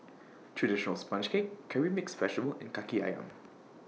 Traditional Sponge Cake Curry Mixed Vegetable and Kaki Ayam